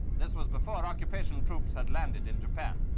this was before occupation troops had landed in japan.